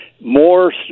More